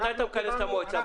מתי אתה מכנס את המועצה?